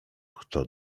kto